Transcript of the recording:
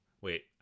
Wait